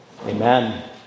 Amen